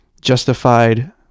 justified